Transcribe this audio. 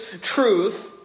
truth